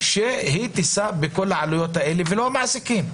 שהיא תישא בכל העלויות האלה ולא המעסיקים.